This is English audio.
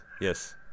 yes